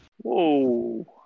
Whoa